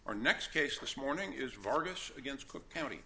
our next case this morning is vargas against cook county